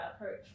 approach